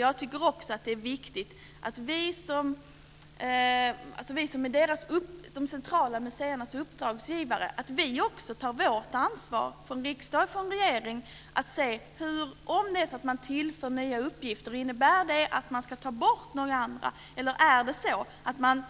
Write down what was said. Jag tycker också att det är viktigt att vi som är de centrala museernas uppdragsgivare också tar vårt ansvar, från riksdag och regering, att se på detta: Om det är så att man tillför nya uppgifter, innebär det att man ska ta bort några andra, eller är det så att man